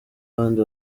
abandi